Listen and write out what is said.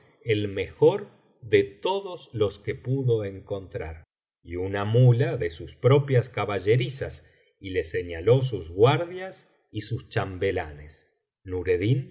el mejor de todos lo que pudo encontrar y una muía de sus propias caballerizas y le señaló sus guardias y sus chambelanes